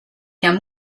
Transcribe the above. qu’un